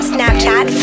Snapchat